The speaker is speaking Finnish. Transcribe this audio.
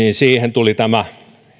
tuli tämä